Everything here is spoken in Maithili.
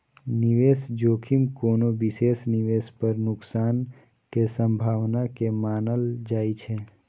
निवेश जोखिम कोनो विशेष निवेश पर नुकसान के संभावना के मानल जाइ छै